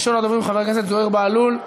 ראשון הדוברים, חבר הכנסת זוהיר בהלול,